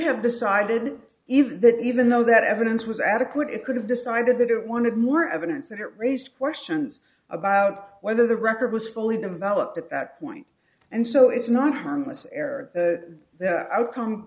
have decided even that even though that evidence was adequate it could have decided that it wanted more evidence that raised questions about whether the record was fully developed at that point and so it's not harmless error that outcome